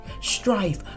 strife